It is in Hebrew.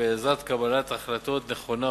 וכי בעזרת קבלת החלטות נכונה,